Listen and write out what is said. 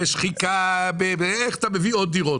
בשחיקה איך אתה מביא עוד דירות?